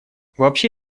вообще